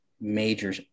major